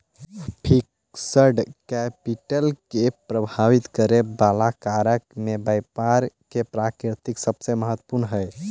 fixed capital के प्रभावित करे वाला कारक में व्यापार के प्रकृति सबसे महत्वपूर्ण हई